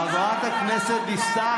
מה עם, חברת הכנסת דיסטל.